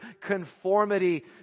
conformity